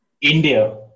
India